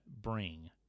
bring